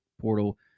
portal